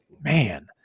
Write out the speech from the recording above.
man